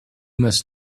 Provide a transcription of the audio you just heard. must